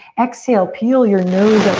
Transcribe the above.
exhale, peel your nose